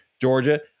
Georgia